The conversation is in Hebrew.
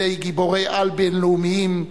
בידי גיבורי-על בין-לאומיים,